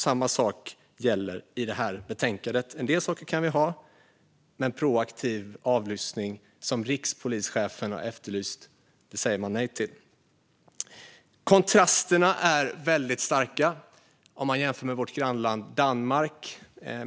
Samma sak gäller i det här betänkandet: En del saker kan vi ha, men proaktiv avlyssning som rikspolischefen har efterlyst säger man nej till. Kontrasterna är väldigt starka om vi jämför med vårt grannland Danmark.